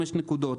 5 נקודות,